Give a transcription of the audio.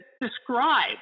describe